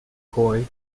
kooi